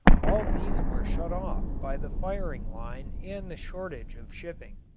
all these were shut off by the firing line and the shortage of shipping.